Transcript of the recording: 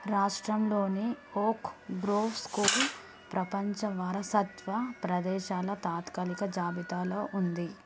రాష్ట్రంలోని Oak Grove school ప్రపంచ వారసత్వ ప్రదేశాల తాత్కాలిక జాబితాలో ఉంది